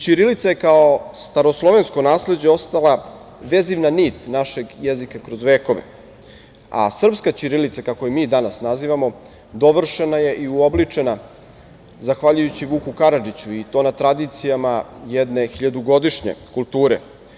Ćirilica je, kao staroslovensko nasleđe, ostala vezivna nit našeg jezika kroz vekove, a srpska ćirilica, kako je mi danas nazivamo, dovršena je i uobličena zahvaljujući Vuku Karadžiću, i to na tradicijama jedne hiljadugodišnje kulture.